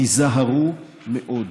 תיזהרו מאוד.